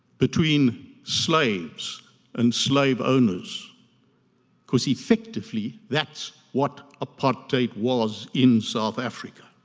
between slaves and slave owners cause effectively that's what apartheid was in south africa.